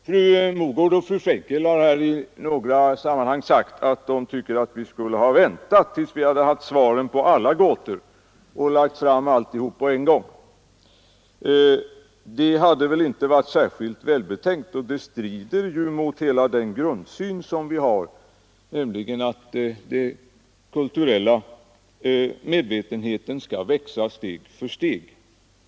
Fru Mogård och fru Frenkel har här tidigare sagt att vi borde ha väntat tills vi hade svaren på alla gåtor och lagt fram allihop på en gång. Det hade väl inte varit särskilt välbetänkt. Det strider ju mot hela den grundsyn som vi har, nämligen att den kulturella medvetenheten skall växa steg för steg.